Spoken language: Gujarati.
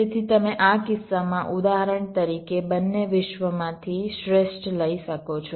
તેથી તમે આ કિસ્સામાં ઉદાહરણ તરીકે બંને વિશ્વમાંથી શ્રેષ્ઠ લઈ શકો છો